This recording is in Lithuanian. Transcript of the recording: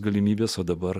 galimybės o dabar